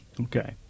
Okay